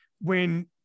when-